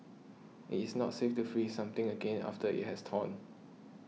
it is not safe to freeze something again after it has thawed